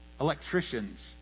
electricians